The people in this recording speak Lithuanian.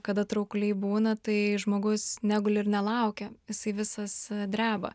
kada traukuliai būna tai žmogus neguli ir nelaukia jisai visas dreba